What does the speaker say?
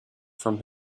from